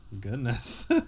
Goodness